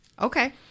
Okay